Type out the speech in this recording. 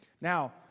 Now